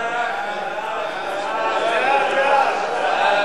בעד ההצעה להעביר את